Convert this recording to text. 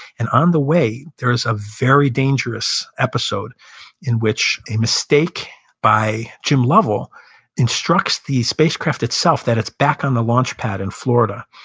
and on the way, there is a very dangerous episode in which a mistake by jim lovell instructs the spacecraft itself that it's been on the launch pad in florida.